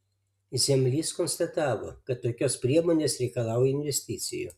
zemlys konstatavo kad tokios priemonės reikalauja investicijų